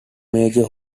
major